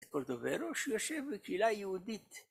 קורדוברו שיושב בקהילה יהודית